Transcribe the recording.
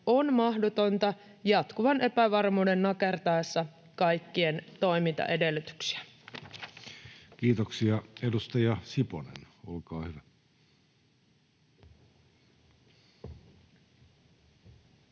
on mahdotonta jatkuvan epävarmuuden nakertaessa kaikkien toimintaedellytyksiä. [Speech 69] Speaker: